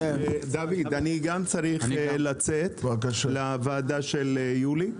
דוד, אני גם צריך לצאת לוועדה של יולי.